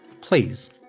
Please